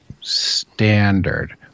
standard